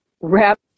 wrap